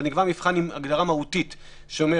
אבל נקבע מבחן עם הגדרה מהותית שאומר